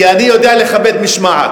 כי אני יודע לכבד משמעת,